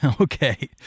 okay